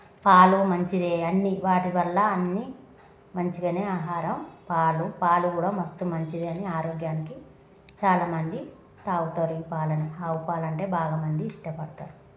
పాలు మంచిదే అన్నీ వాటి వల్ల అన్నీ మంచిగానే ఆహారం పాలు పాలు కూడా మస్తు మంచిదని ఆరోగ్యానికి చాలామంది త్రాగుతారు ఈ పాలని ఆవు పాలు బాగా మంది ఇష్టపడతారు